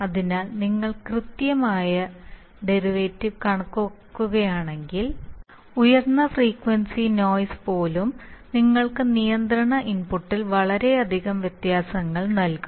അതിനാൽ നിങ്ങൾ കൃത്യമായ ഡെറിവേറ്റീവ് കണക്കാക്കുകയാണെങ്കിൽ ഉയർന്ന ഫ്രീക്വൻസി നോയിസ് പോലും നിങ്ങൾക്ക് നിയന്ത്രണ ഇൻപുട്ടിൽ വളരെയധികം വ്യത്യാസങ്ങൾ നൽകും